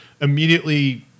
immediately